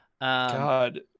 God